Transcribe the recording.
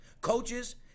coaches